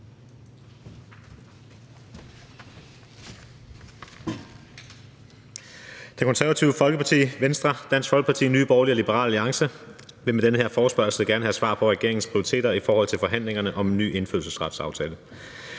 Det Konservative Folkeparti, Venstre, Dansk Folkeparti, Nye Borgerlige og Liberal Alliance vil med den her forespørgsel gerne have svar på regeringens prioriteter i forhold til forhandlingerne om en ny indfødsretsaftale.